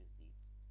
deeds